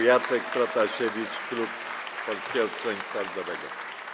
Jacek Protasiewicz, klub Polskiego Stronnictwa Ludowego.